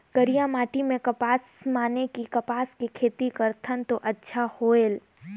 करिया माटी म कपसा माने कि कपास के खेती करथन तो अच्छा होयल?